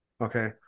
okay